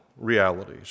realities